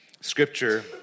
Scripture